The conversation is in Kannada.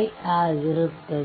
i ಆಗಿರುತ್ತದೆ